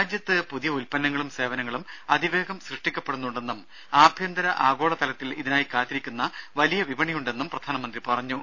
രാജ്യത്ത് പുതിയ ഉത്പന്നങ്ങളും സേവനങ്ങളും അതിവേഗം സൃഷ്ടിക്കപ്പെടുന്നുണ്ടെന്നും ആഭ്യന്തര ആഗോള തലത്തിൽ ഇതിനായി കാത്തിരിക്കുന്ന വലിയ വിപണിയുണ്ടെന്നും പ്രധാനമന്ത്രി പറഞ്ഞു